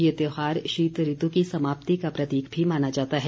ये त्योहार शीत ऋतु की समाप्ती का प्रतीक भी माना जाता है